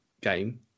game